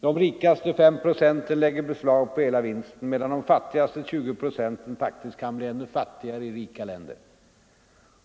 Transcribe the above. De rikaste 5 procenten lägger beslag på hela vinsten medan de fattigaste 20 procenten faktiskt kan bli ännu fattigare.